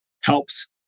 helps